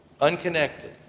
unconnected